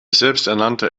selbsternannte